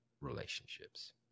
relationships